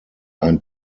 ein